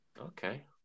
Okay